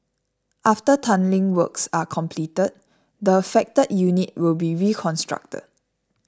after tunnelling works are completed the affected unit will be reconstructed